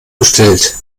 bestellt